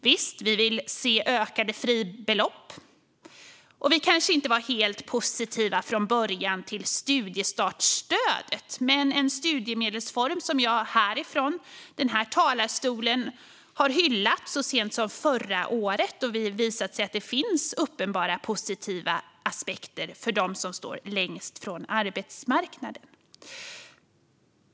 Visst, vi vill se ökade fribelopp, och vi kanske inte var helt positiva till studiestartsstödet från början. Men det är en studiemedelsform som jag har hyllat från denna talarstol så sent som förra året, då det har visat sig att det finns uppenbara positiva aspekter för dem som står längst ifrån arbetsmarknaden.